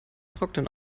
trocknen